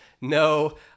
no